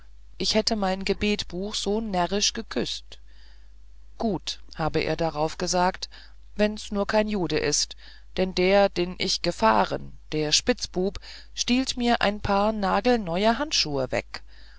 ich hätte mein gebetbuch so närrisch geküßt gut habe er darauf gesagt wenn's nur kein jude ist denn der den ich gefahren der spitzbub stiehlt mir ein paar nagelneue handschuh weg